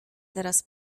teraz